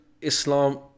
Islam